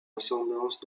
ascendance